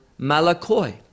malakoi